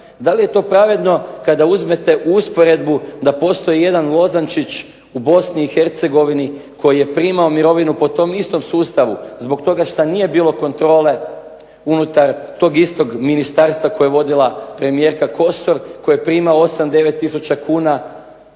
Da li je to pravedno kada uzmete usporedbu da postoji jedan Lozančić u Bosni i Hercegovini koji je primao mirovinu po tom istom sustavu zbog toga što nije bilo kontrole unutar tog istog ministarstva koje je vodila premijerka Kosor koji prima 8,9000 kuna.